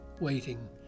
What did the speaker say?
waiting